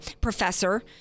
professor